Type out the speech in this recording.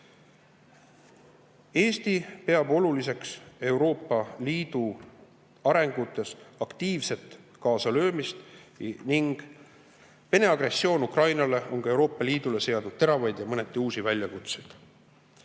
Eesti peab oluliseks Euroopa Liidu arengutes aktiivset kaasalöömist. Vene agressioon Ukraina vastu on ka Euroopa Liidu ette seadnud teravaid ja mõneti uusi väljakutseid.